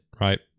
right